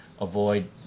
avoid